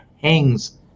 hangs